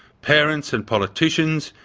parents and politicians,